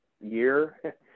year